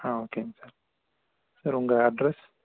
ஆ ஓகேங்க sir sir உங்கள் address